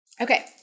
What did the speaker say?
Okay